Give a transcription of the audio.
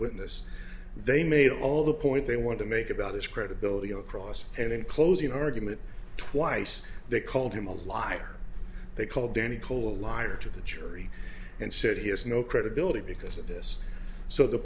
witness they made all the point they want to make about his credibility across and in closing argument twice they called him a liar they called danny cole a liar to the jury and said he has no credibility because of this so the